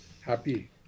Happy